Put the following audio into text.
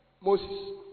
Moses